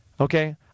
Okay